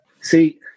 See